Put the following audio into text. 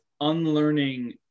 unlearning